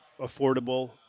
affordable